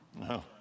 No